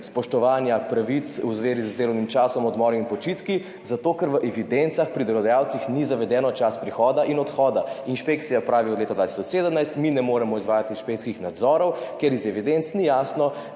spoštovanja pravic v zvezi z delovnim časom, odmori in počitki, zato ker v evidencah pri delodajalcih ni zaveden čas prihoda in odhoda.« Inšpekcija pravi, da od leta 2017 ne morejo izvajati inšpekcijskih nadzorov, ker iz evidenc ni jasno,